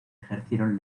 ejercieron